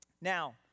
now